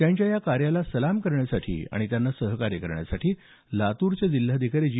त्यांच्या या कार्याला सलाम करण्यासाठी आणि त्यांना सहकार्य करण्यासाठी लातूरचे जिल्हाधिकारी जी